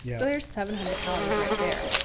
yeah so there's seven hundred calories right there.